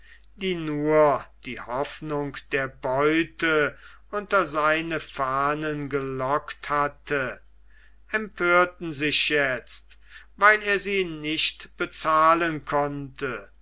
die nur die hoffnung der beute unter seine fahnen gelockt hatte empörten sich jetzt weil er sie nicht bezahlen konnte